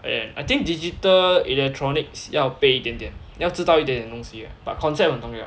and I think digital electronics 要备一点点要知道一点东西 but concept 很重要